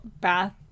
bath